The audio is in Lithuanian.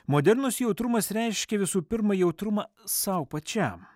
modernus jautrumas reiškia visų pirma jautrumą sau pačiam